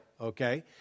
okay